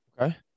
Okay